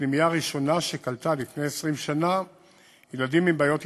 כפנימייה הראשונה שקלטה לפני 20 שנה ילדים עם בעיות התנהגות.